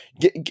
get